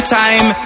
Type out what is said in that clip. time